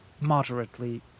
moderately